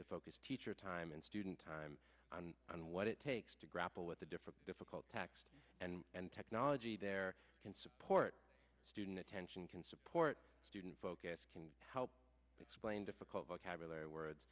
to focus teacher time and student time on what it takes to grapple with the different difficult taxed and and technology there can support student attention can support student focus can help explain difficult vocabulary words